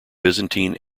byzantine